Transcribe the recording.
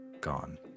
gone